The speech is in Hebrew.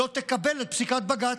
לא תקבל את פסיקת בג"ץ.